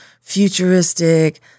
futuristic